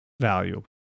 value